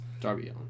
Darby